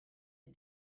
est